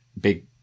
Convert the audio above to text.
big